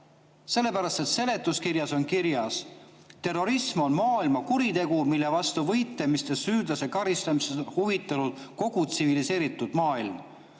Sellepärast, et seletuskirjas on kirjas: "Terrorism on maailmakuritegu, mille vastu võitlemisest ja süüdlaste karistamisest on huvitatud kogu tsiviliseeritud maailm."